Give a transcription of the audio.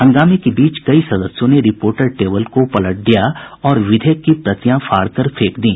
हंगामे के बीच कई सदस्यों ने रिपोर्टर टेबल को पलट दिया और विधेयक की प्रतियां फाड़कर फेंक दी